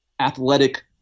athletic